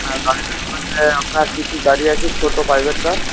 আর গাড়ি টাড়ির মধ্যে আপনার কী কী গাড়ি আছে ছোট প্রাইভেট কার